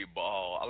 ball